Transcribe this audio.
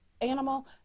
animal